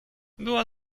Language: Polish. była